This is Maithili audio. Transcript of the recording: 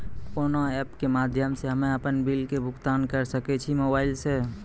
कोना ऐप्स के माध्यम से हम्मे अपन बिल के भुगतान करऽ सके छी मोबाइल से?